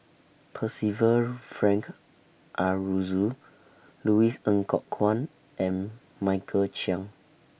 Percival Frank Aroozoo Louis Ng Kok Kwang and Michael Chiang